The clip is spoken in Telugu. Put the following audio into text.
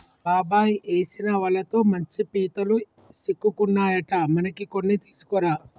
బాబాయ్ ఏసిన వలతో మంచి పీతలు సిక్కుకున్నాయట మనకి కొన్ని తీసుకురా